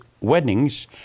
weddings